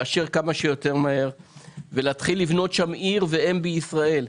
לאשר כמה שיותר מהר ולהתחיל לבנות שם עיר ואם בישראל.